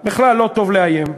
בכלל, לא טוב לאיים.